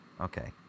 Okay